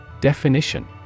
Definition